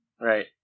Right